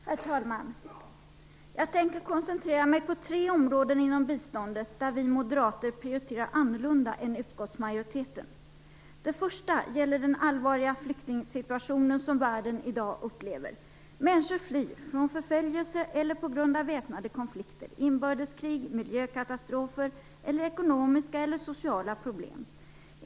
Herr talman! Jag tänker koncentrera mig på tre områden inom biståndet, där vi moderater prioriterar annorlunda än utskottsmajoriteten. Det första gäller den allvarliga flyktingsituation som världen i dag upplever. Människor flyr från förföljelse eller på grund av väpnade konflikter, inbördeskrig, miljökatastrofer eller ekonomiska eller sociala problem.